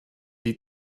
die